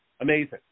Amazing